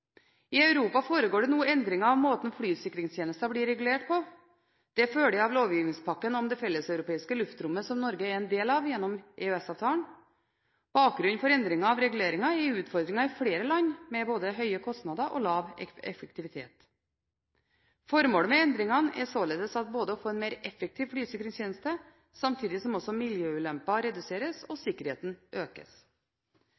I Europa foregår det nå endringer av måten flysikringstjenestene blir regulert på. Det følger av lovgivningspakken om det felleseuropeiske luftrommet som Norge er en del av gjennom EØS-avtalen. Bakgrunnen for endringen av reguleringen er utfordringer i flere land med både høye kostnader og lav effektivitet. Formålet med endringene er således å få en mer effektiv flysikringstjeneste samtidig som miljøulempene reduseres og